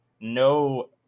no